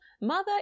Mother